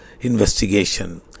investigation